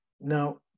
Now